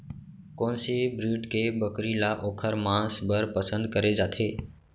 कोन से ब्रीड के बकरी ला ओखर माँस बर पसंद करे जाथे?